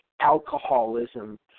alcoholism